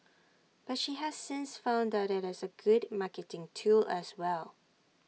but she has since found that IT is A good marketing tool as well